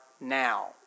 now